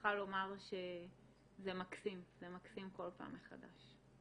מוכרחה לומר שזה מקסים כל פעם מחדש.